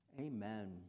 amen